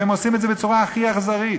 והם עושים את זה בצורה הכי אכזרית.